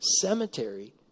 Cemetery